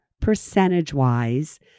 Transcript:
percentage-wise